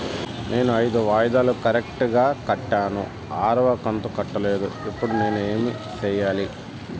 నేను ఐదు వాయిదాలు కరెక్టు గా కట్టాను, ఆరవ కంతు కట్టలేదు, ఇప్పుడు నేను ఏమి సెయ్యాలి?